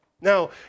Now